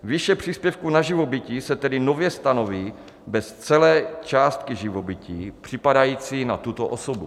Výše příspěvku na živobytí se tedy nově stanoví bez celé částky živobytí připadající na tuto osobu.